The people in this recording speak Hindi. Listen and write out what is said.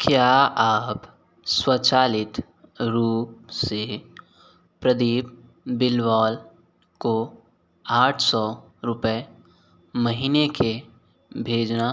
क्या आप स्वचालित रूप से प्रदीप बिलवाल को आठ सौ रुपये महीने के भेजना